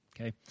Okay